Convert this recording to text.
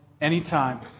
anytime